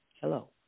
Hello